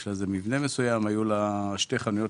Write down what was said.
יש לה איזה מבנה מסוים שהיו בו שתי חנויות